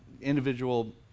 individual